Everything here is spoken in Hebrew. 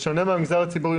בשונה מהמגזר הציבורי,